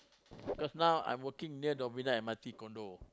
cause now I'm working near Novena M_R_T Condo